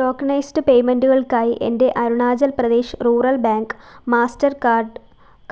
tokenised പേയ്മെൻറ്റുകൾക്കായി എൻ്റെ Arunachal Pradesh rural bank master card